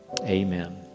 Amen